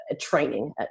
training